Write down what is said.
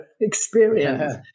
experience